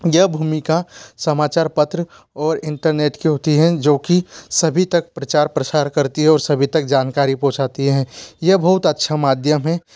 यह भूमिका समाचार पत्र और इंटरनेट की होती है जो कि सभी तक प्रचार प्रसार करती है और सभी तक जानकारी पहुचाती है यह बहुत अच्छा माध्यम है